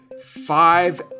five